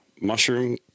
mushroom